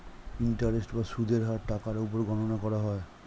interest বা সুদের হার টাকার উপর গণনা করা হয়